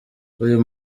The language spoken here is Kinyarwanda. uyu